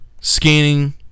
scanning